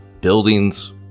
buildings